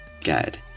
guide